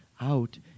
out